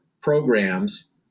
programs